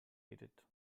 edith